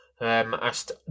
asked